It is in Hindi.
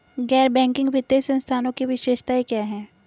गैर बैंकिंग वित्तीय संस्थानों की विशेषताएं क्या हैं?